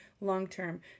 long-term